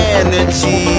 energy